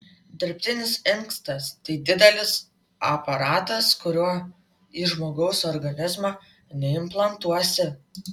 dirbtinis inkstas tai didelis aparatas kurio į žmogaus organizmą neimplantuosi